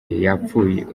yapfuye